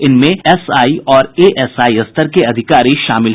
इनमें एसआई और एएसआई स्तर के अधिकारी शामिल हैं